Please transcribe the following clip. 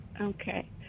Okay